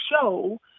show